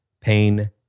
pain